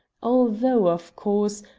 although, of course,